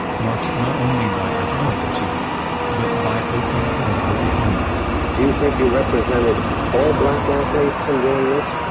marked not only by athletic achievement but by open political defiance do you think you represented all black athletes in doing this?